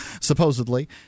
supposedly